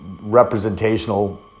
representational